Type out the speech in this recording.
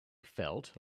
felt